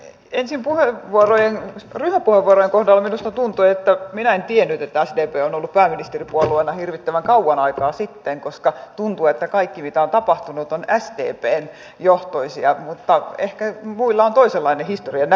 ensin ryhmäpuheenvuorojen kohdalla minusta tuntui että minä en tiennyt että sdp on ollut pääministeripuolueena hirvittävän kauan aikaa sitten koska tuntui että kaikki mitä on tapahtunut on sdp johtoista mutta ehkä muilla on toisenlainen historian näkemys